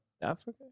Africa